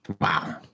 Wow